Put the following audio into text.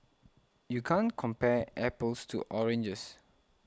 you can't compare apples to oranges